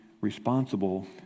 responsible